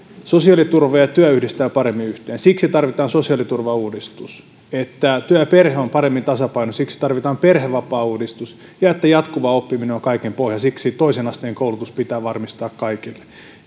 sosiaaliturva ja työ yhdistyvät paremmin yhteen siksi tarvitaan sosiaaliturvauudistus jotta työ ja perhe ovat paremmin tasapainossa tarvitaan perhevapaauudistus ja koska jatkuva oppiminen on kaiken pohja toisen asteen koulutus pitää varmistaa kaikille